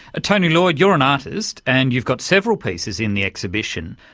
tony lloyd, you're an artist and you've got several pieces in the exhibition.